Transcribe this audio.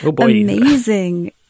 amazing